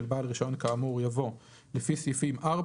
בעל רישיון כאמור" יבוא "לפי סעיפים 4,